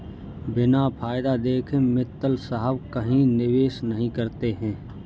बिना फायदा देखे मित्तल साहब कहीं निवेश नहीं करते हैं